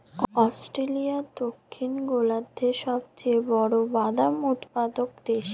Australia দক্ষিণ গোলার্ধের সবচেয়ে বড় বাদাম উৎপাদক দেশ